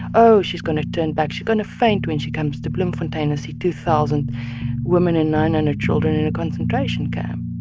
oh, she's going to turn back. she's going to faint when she comes to bloemfontein and see two thousand women and nine hundred and children in a concentration camp